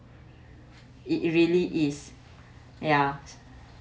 it really is yeah